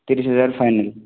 ତିରିଶ ହଜାର ଫାଇନାଲ୍